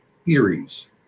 theories